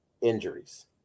injuries